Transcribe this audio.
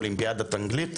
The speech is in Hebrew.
אולימפיאדת אנגלית,